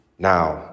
Now